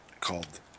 called